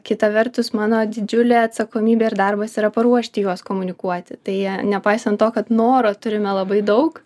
kita vertus mano didžiulė atsakomybė ir darbas yra paruošti juos komunikuoti tai nepaisant to kad noro turime labai daug